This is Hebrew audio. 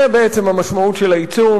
זה בעצם משמעות העיצום.